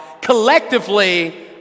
collectively